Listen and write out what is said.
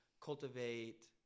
cultivate